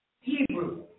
Hebrew